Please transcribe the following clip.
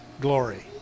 glory